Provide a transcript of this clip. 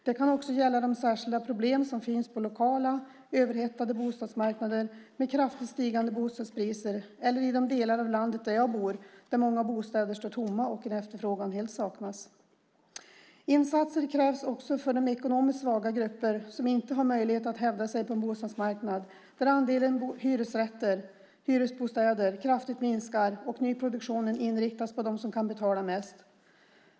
Det kan också gälla de särskilda problem som finns på lokala överhettade bostadsmarknader med kraftigt stigande bostadspriser, eller i de delar av landet där jag bor där många bostäder står tomma och där efterfrågan helt saknas. Insatser krävs också för de ekonomiskt svaga grupper som inte har möjlighet att hävda sig på bostadsmarknaden, där andelen hyresrätter - hyresbostäder - kraftigt minskar och nyproduktionen inriktas på dem som kan betala mest.